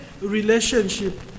relationship